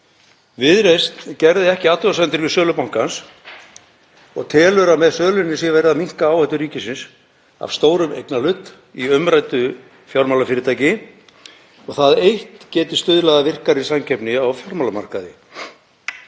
Viðreisn gerði ekki athugasemdir við sölu bankans og telur að með sölunni sé verið að minnka áhættu ríkisins af stórum eignarhlut í umræddu fjármálafyrirtæki. Það eitt geti stuðlað að virkari samkeppni á fjármálamarkaði.